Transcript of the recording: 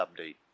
update